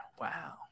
Wow